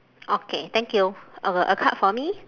okay thank you uh a card for me